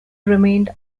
remained